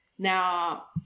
Now